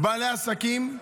בעלי עסקים.